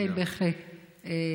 כן, בהחלט.